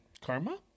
Karma